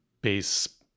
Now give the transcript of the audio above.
base